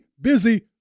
busy